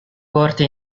corte